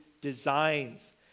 designs